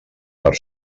per